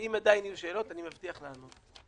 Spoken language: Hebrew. ואם עדיין יהיו שאלות, אני מבטיח לענות.